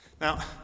Now